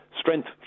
strength